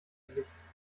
gesicht